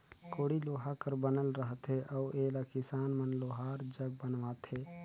कोड़ी लोहा कर बनल रहथे अउ एला किसान मन लोहार जग बनवाथे